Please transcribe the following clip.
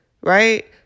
right